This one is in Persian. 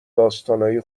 داستانای